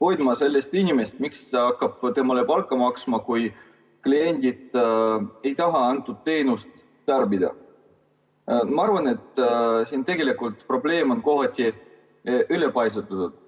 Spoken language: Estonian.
hoidma sellist inimest. Miks ta hakkab temale palka maksma, kui kliendid ei taha antud teenust tarbida? Ma arvan, et siin tegelikult on probleem kohati ülepaisutatud.